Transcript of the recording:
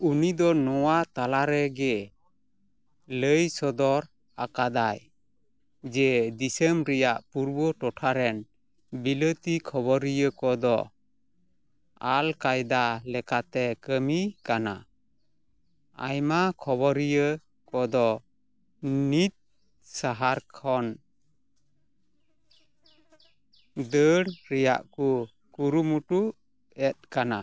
ᱩᱱᱤ ᱫᱚ ᱱᱚᱣᱟ ᱛᱟᱞᱟ ᱨᱮᱜᱮ ᱞᱟᱹᱭ ᱥᱚᱫᱚᱨ ᱟᱠᱟᱫᱟᱭ ᱡᱮ ᱫᱤᱥᱚᱢ ᱨᱮᱱᱟᱜ ᱯᱩᱨᱵᱚ ᱴᱚᱴᱷᱟ ᱨᱮᱱ ᱵᱤᱞᱟᱹᱛᱤ ᱠᱷᱚᱵᱚᱨᱤᱭᱟᱹ ᱠᱚᱫᱚ ᱟᱞ ᱠᱟᱭᱫᱟ ᱞᱮᱠᱟᱛᱮᱠᱚ ᱠᱟᱹᱢᱤ ᱠᱟᱱᱟ ᱟᱭᱢᱟ ᱠᱷᱚᱵᱚᱨᱤᱭᱟᱹ ᱠᱚᱫᱚ ᱢᱤᱫ ᱥᱟᱦᱟᱨ ᱠᱷᱚᱱ ᱫᱟᱹᱲ ᱨᱮᱱᱟᱜ ᱠᱚ ᱠᱩᱨᱩᱢᱩᱴᱩᱭᱮᱫ ᱠᱟᱱᱟ